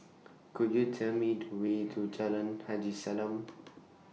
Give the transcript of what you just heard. Could YOU Tell Me to Way to Jalan Haji Salam